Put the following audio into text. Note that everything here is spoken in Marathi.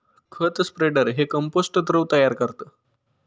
खत स्प्रेडर हे कंपोस्ट द्रव तयार करतं